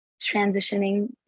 transitioning